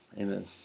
Amen